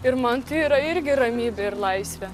ir man tai yra irgi ramybė ir laisvė